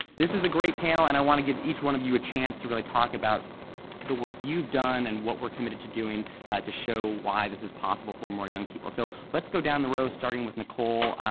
this is a great panel and i want to give each one of you a chance to talk about the work you've done and what we're committed to doing to show why this is possible for more young people. so, let's go down the row starting with nicole.